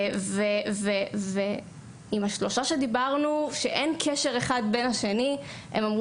שזה מדאיג אותם.